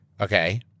Okay